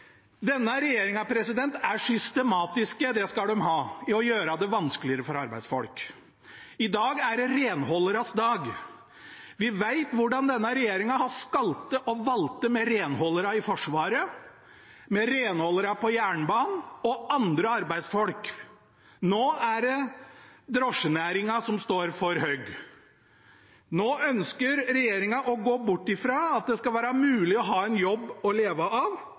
gjøre det vanskeligere for arbeidsfolk. I dag er det renholdernes dag. Vi vet hvordan denne regjeringen har skaltet og valtet med renholderne i Forsvaret, renholderne på jernbanen og andre arbeidsfolk. Nå er det drosjenæringen som står for hugg. Nå ønsker regjeringen å gå bort fra at det skal være mulig å ha en jobb å leve av,